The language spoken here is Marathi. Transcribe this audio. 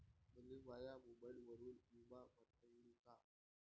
मले माया मोबाईलवरून बिमा भरता येईन का?